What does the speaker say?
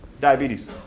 diabetes